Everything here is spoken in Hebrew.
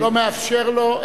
לא מאפשר לו,